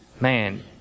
Man